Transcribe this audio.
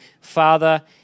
Father